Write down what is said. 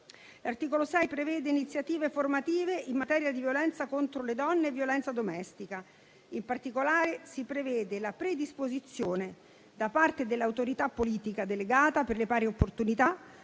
L'articolo 6 prevede iniziative formative in materia di violenza contro le donne e violenza domestica. In particolare, si prevede la predisposizione, da parte dell'autorità politica delegata per le pari opportunità,